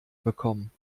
bekommen